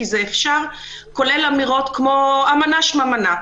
כולל אמירות כמו אמנה שממנה.